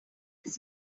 this